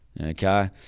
Okay